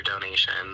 donations